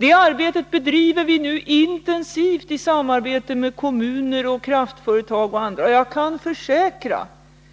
Det arbetet bedriver vi nu intensivt i samarbete med kommuner, kraftföretag och andra. Jag kan försäkra